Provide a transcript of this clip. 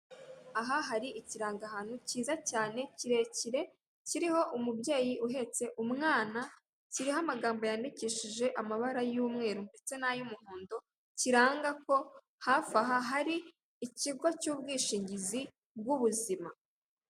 Aha hari ikirangahantu cyiza cyane kirekire kiriho umubyeyi uhetse umwana, kiriho amagambo yandikishije amabara y'umweru ndetse n'ay'umuhondo kiranga ko hafi aha hari ikigo cy'ubwishingizi bw'ubuzima.